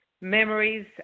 memories